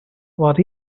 what